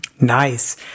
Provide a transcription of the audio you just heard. Nice